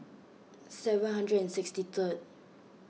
seven hundred and sixty third